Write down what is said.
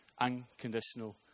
Unconditional